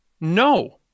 No